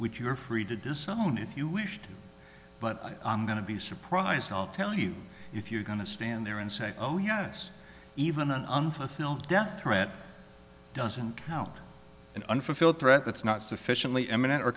which you're free to disown if you wish to but i'm going to be surprised i'll tell you if you're going to stand there and say oh yes even an unfulfilled death threat doesn't count an unfulfilled threat that's not sufficiently imminent